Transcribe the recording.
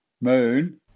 Moon